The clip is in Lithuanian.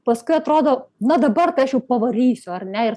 paskui atrodo na dabar tai aš jau pavarysiu ar ne ir